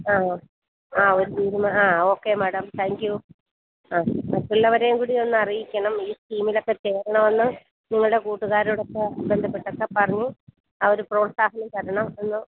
ആ ആ ഒരു തീരുമാ ആ ഓക്കെ മാഡം താങ്ക് യൂ ആ മറ്റുള്ളവരെയും കൂടിയൊന്ന് അറിയിക്കണം ഈ സ്കീമിലൊക്കെ ചേരണമെന്ന് നിങ്ങളുടെ കൂട്ടുകാരോടൊക്കെ ബന്ധപ്പെട്ടൊക്കെ പറഞ്ഞ് ആ ഒരു പ്രോത്സാഹനം തരണം എന്ന്